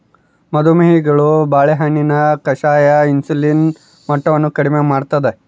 ಮದು ಮೇಹಿಗಳು ಬಾಳೆಹಣ್ಣಿನ ಕಷಾಯ ಇನ್ಸುಲಿನ್ ಮಟ್ಟವನ್ನು ಕಡಿಮೆ ಮಾಡ್ತಾದ